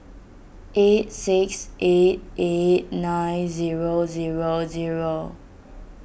eight six eight eight nine zero zero zero